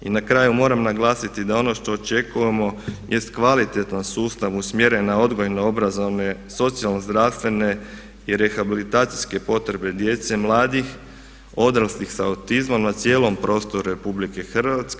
I na kraju moram naglasiti da ono što očekujemo jest kvalitetan sustav usmjeren na odgojno-obrazovne socijalno-zdravstvene i rehabilitacijske potrebe djece i mladih, odraslih sa autizmom na cijelom prostoru Republike Hrvatske.